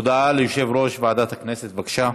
הודעה ליושב-ראש ועדת הכנסת, בבקשה.